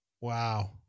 Wow